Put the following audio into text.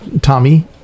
Tommy